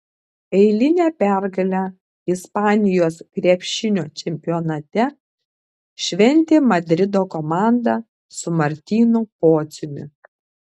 eilinę pergalę ispanijos krepšinio čempionate šventė madrido komanda su martynu pociumi